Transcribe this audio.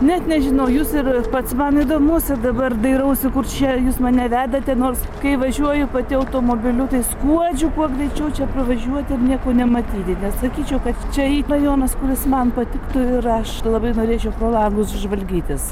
net nežinau jūs ir pats man įdomus ir dabar dairausi kur čia jūs mane vedate nors kai važiuoju pati automobiliu tai skuodžiu kuo greičiau čia pravažiuoti ir nieko nematyti nesakyčiau kad čia rajonas kuris man patiktų ir aš labai norėčiau pro langus žvalgytis